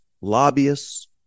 lobbyists